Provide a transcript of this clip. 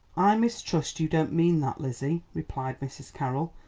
i mistrust you don't mean that, lizzie, replied mrs. carroll,